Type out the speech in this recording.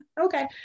Okay